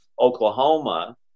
Oklahoma